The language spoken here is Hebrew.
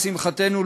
לשמחתנו,